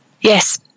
Yes